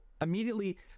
immediately